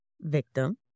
victim